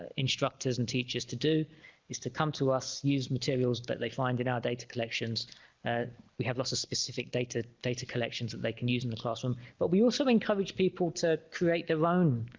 instructors and teachers to do is to come to us use materials but they find in our data collections and we have lots of specific data data collections that they can use in the classroom but we also encourage people to create their own